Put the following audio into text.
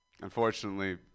Unfortunately